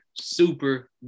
super